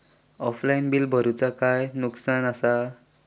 Offline बिला भरूचा काय नुकसान आसा?